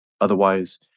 Otherwise